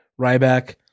Ryback